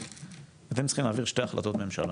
אתם צריכים להעביר שתי החלטות ממשלה.